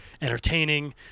entertaining